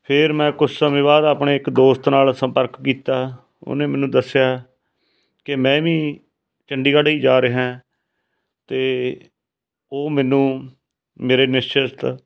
ਫਿਰ ਮੈਂ ਕੁਛ ਸਮੇਂ ਬਾਅਦ ਆਪਣੇ ਇੱਕ ਦੋਸਤ ਨਾਲ ਸੰਪਰਕ ਕੀਤਾ ਉਹਨੇ ਮੈਨੂੰ ਦੱਸਿਆ ਕਿ ਮੈਂ ਵੀ ਚੰਡੀਗੜ੍ਹ ਹੀ ਜਾ ਰਿਹਾਂ ਅਤੇ ਉਹ ਮੈਨੂੰ ਮੇਰੇ ਨਿਸ਼ਚਿਤ